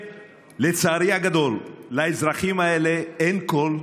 ולצערי הגדול לאזרחים האלה אין קול,